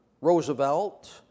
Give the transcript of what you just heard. Roosevelt